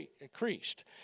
increased